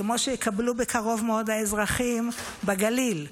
כמו שיקבלו בקרוב מאוד האזרחים בגליל.